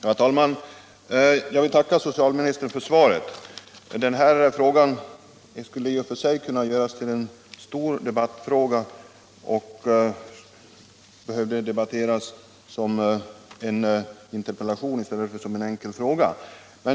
Herr talman! Jag vill tacka socialministern för svaret. Den här frågan är så omfattande att den skulle motivera en interpellationsdebatt i stället för bara en debatt i anslutning till en fråga.